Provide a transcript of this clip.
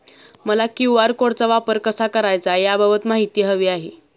मला क्यू.आर कोडचा वापर कसा करायचा याबाबत माहिती हवी आहे